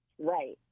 right